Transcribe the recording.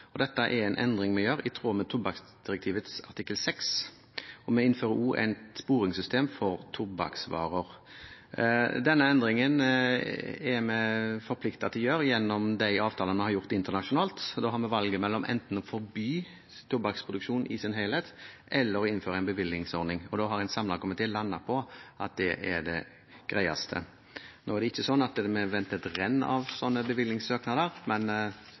Dette er en endring vi gjør i tråd med tobakksdirektivets artikkel 6. Vi innfører også et sporingssystem for tobakksvarer. Denne endringen er vi forpliktet til å gjøre gjennom de avtalene vi har gjort internasjonalt, og da har vi valget mellom enten å forby tobakksproduksjon i sin helhet eller å innføre en bevillingsordning. Da har en samlet komité landet på at det er det greieste. Nå er det ikke slik at vi venter et renn av slike bevillingssøknader, men